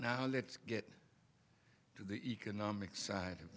now let's get to the economic side